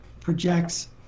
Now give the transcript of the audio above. projects